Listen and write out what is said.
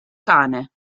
cane